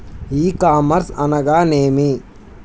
ఈ కామర్స్ అనగానేమి?